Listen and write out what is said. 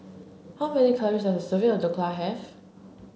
how many calories does a serving of Dhokla have